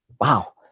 Wow